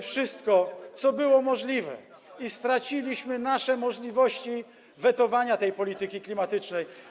wszystko, co było możliwe, i straciliśmy nasze możliwości wetowania tej polityki klimatycznej.